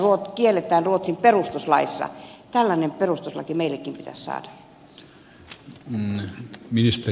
tämä kielletään ruotsin perustuslaissa tällainen perustuslaki meillekin pitäisi saada